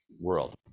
world